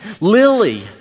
Lily